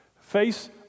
face